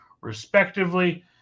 respectively